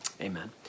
Amen